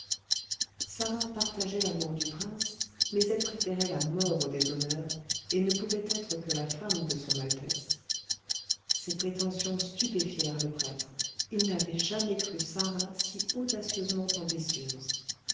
sarah partageait l'amour du prince mais elle préférait la mort au déshonneur et ne pouvait être que la femme de son altesse ces prétentions stupéfièrent le prêtre il n'avait jamais cru sarah si audacieusement ambitieuse